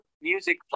music